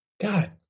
God